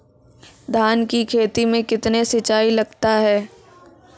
धान की खेती मे कितने सिंचाई लगता है?